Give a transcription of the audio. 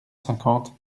cinquante